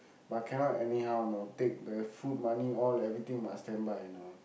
but cannot anyhow you know take the food money all everything must standby you know